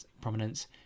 prominence